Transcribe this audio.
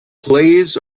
plays